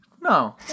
No